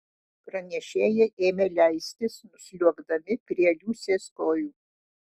pranešėjai ėmė leistis nusliuogdami prie liusės kojų